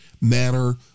manner